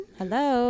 Hello